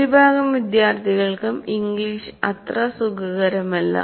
ഭൂരിഭാഗം വിദ്യാർത്ഥികൾക്കും ഇംഗ്ലീഷ് അത്ര സുഖകരമല്ല